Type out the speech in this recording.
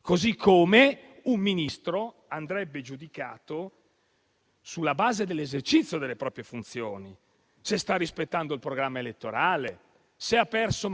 Così come un Ministro andrebbe giudicato sulla base dell'esercizio delle proprie funzioni (se sta rispettando il programma elettorale, se ha perso